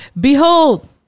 Behold